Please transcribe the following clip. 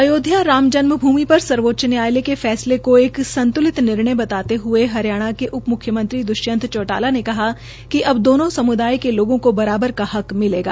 आयोध्या राम जन्म भूमि पर सर्वोच्च न्यायालय के फैसले को एक संत्रलित निर्णय बताते हये हरियाणा के उप मुख्यमंत्री दृष्यंत चौटाला ने कहा कि अब दोनों समुदाय के लोगों को बराबर का हक मिलेगा